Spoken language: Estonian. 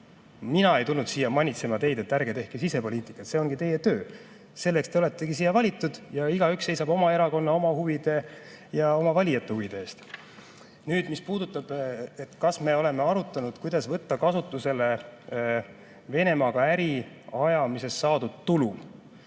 Mina ei tulnud siia teid manitsema, et ärge tehke sisepoliitikat. See ongi teie töö, selleks te oletegi siia valitud ja igaüks seisab oma erakonna, oma huvide ja oma valijate huvide eest. Nüüd, mis puudutab seda, kas me oleme arutanud, kuidas võtta kasutusele Venemaaga äri ajamisest saadud tulu,